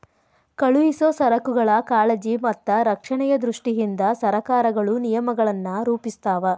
ಕಳುಹಿಸೊ ಸರಕುಗಳ ಕಾಳಜಿ ಮತ್ತ ರಕ್ಷಣೆಯ ದೃಷ್ಟಿಯಿಂದ ಸರಕಾರಗಳು ನಿಯಮಗಳನ್ನ ರೂಪಿಸ್ತಾವ